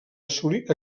assolir